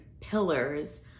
pillars